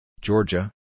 Georgia